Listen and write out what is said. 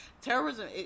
terrorism